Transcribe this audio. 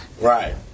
right